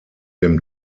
dem